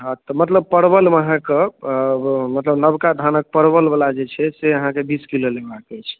हँ तऽ मतलब परवल मे अहाँके मतलब नबका धानक परवल बला जे छै से आहाँके बीसकिलो लेबाक अछि